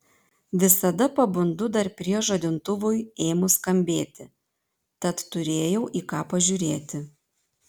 visada pabundu dar prieš žadintuvui ėmus skambėti tad turėjau į ką pažiūrėti